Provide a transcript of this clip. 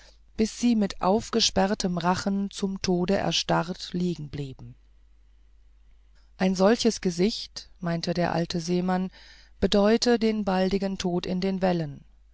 bis sie mit aufgesperrtem rachen zum tode erstarrt liegen geblieben ein solches gesicht meinte der alte seemann bedeute den baldigen tod in den wellen